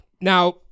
Now